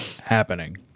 happening